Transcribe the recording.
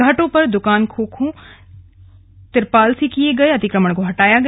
घाटों पर दुकान खोखों तिरपाल से किये गये अतिक्रमण को हटाया गया